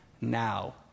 now